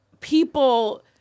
people